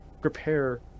prepare